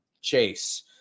Chase